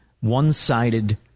one-sided